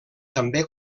també